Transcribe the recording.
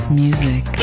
music